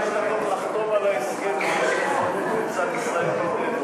אני מבקש חמש דקות כדי לחתום על ההסכם של הקואליציה עם ישראל ביתנו.